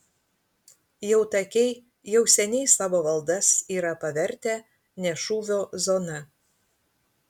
jautakiai jau seniai savo valdas yra pavertę ne šūvio zona